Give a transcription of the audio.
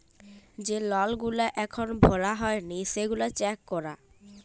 যে লল গুলা এখল ভরা হ্যয় লি সেগলা চ্যাক করা